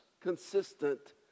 consistent